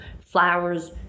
flowers